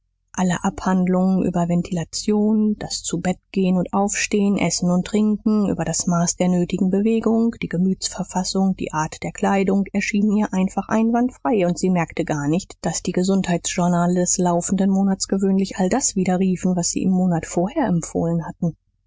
alle abhandlungen über ventilation das zubettgehen und aufstehen essen und trinken über das maß der nötigen bewegung die gemütsverfassung die art der kleidung erschienen ihr einfach einwandfrei und sie merkte gar nicht daß die gesundheits journale des laufenden monats gewöhnlich all das widerriefen was sie im monat vorher empfohlen hatten